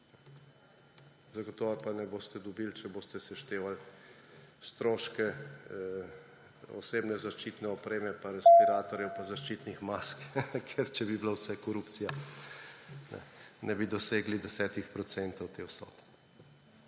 Zagotovo pa je ne boste dobili, če boste seštevali stroške osebne zaščitne opreme pa respiratorjev pa zaščitnih mask, ker če bi bila vse korupcija, ne bi dosegli 10 procentov te vsote.